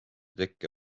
tekke